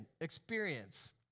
experience